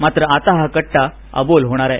मात्र आता हा कट्टा अबोल होणार आहे